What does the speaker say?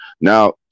Now